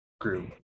group